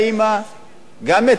גם את האבא וגם את הילדים.